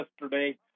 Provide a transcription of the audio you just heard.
yesterday